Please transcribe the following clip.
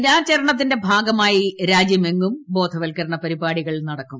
ദിനാചരണത്തിന്റെ ഭാഗമായി രാജ്യമെങ്ങും ബാധവത്കരണ പരിപാടികൾ നടക്കും